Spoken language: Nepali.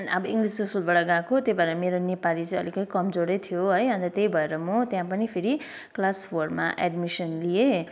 अब इङ्लिस स्कुलबाट गएको त्यही भएर मेरो नेपाली चाहिँ अलिकति कमजोरै थियो है अन्त त्यही भएर म त्यहाँ पनि फेरि क्लास फोरमा एडमिसन लिएँ